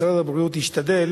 משרד הבריאות השתדל